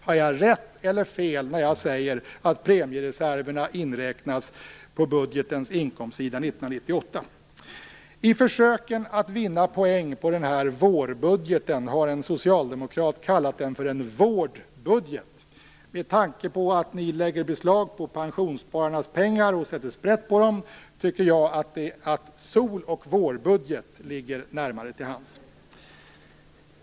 Har jag rätt eller fel när jag säger att premiereserverna inräknas på budgetens inkomstsida 1998? I försök att vinna poäng på denna vårbudget har en socialdemokrat kallat den för en vårdbudget. Med tanke på att ni lägger beslag på pensionsspararnas pengar och sätter sprätt på dem tycker jag att solochvårbudget ligger närmare till hands.